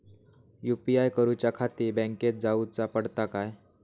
UPI करूच्याखाती बँकेत जाऊचा पडता काय?